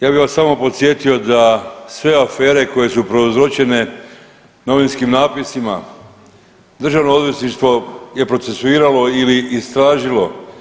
Ja bi vas samo podsjetio da sve afere koje su prouzročene novinskim natpisima Državno odvjetništvo je procesuiralo ili istražilo.